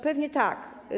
Pewnie tak.